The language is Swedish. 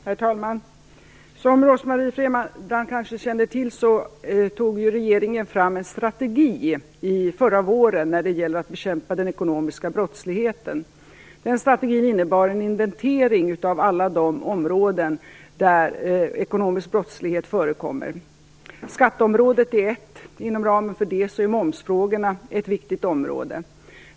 Herr talman! Som Rose-Marie Frebran kanske känner till tog regeringen fram en strategi förra våren när det gäller att bekämpa den ekonomiska brottsligheten. Den strategin innebar en inventering av alla de områden där ekonomisk brottslighet förekommer. Skatteområdet är ett. Inom ramen för det är momsfrågorna ett viktigt område.